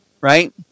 right